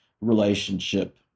relationship